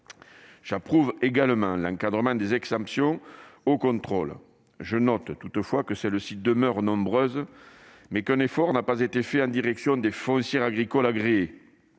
J'approuve également l'encadrement des exemptions au contrôle. Je note toutefois que celles-ci demeurent nombreuses, et qu'un effort n'a pas été fait en direction des foncières agricoles agréées